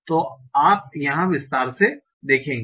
तो आप यह विस्तार से देखेंगे